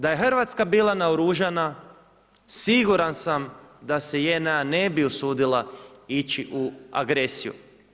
Da je Hrvatska bila naoružana siguran sam da se JNA ne bi usudila ići u agresiju.